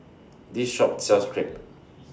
This Shop sells Crepe